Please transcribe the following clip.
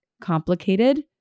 complicated